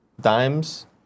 Dimes